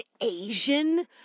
Asian